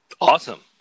Awesome